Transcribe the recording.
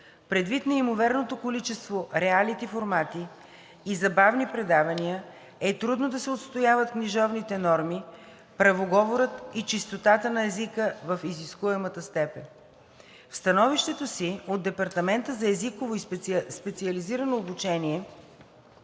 Предвид неимоверното количество риалити формати и забавни предавания, е трудно да се отстояват книжовните норми, правоговорът и чистотата на езика в изискуемата степен. В становището си от Департамента за езиково и специализирано обучение